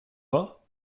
pas